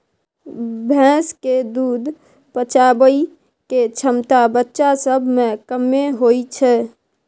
भैंस के दूध पचाबइ के क्षमता बच्चा सब में कम्मे होइ छइ